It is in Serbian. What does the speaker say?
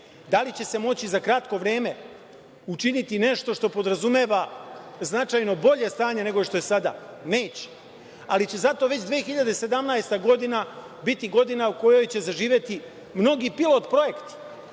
Da li će se moći za kratko vreme učiniti nešto što podrazumeva značajno bolje stanje nego što je sada? Neće, ali će zato već 2017. godina biti godina u kojoj će zaživeti mnogi pilot projekt